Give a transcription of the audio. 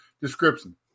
description